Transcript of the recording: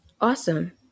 Awesome